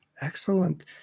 Excellent